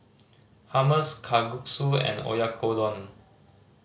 Hummus Kalguksu and Oyakodon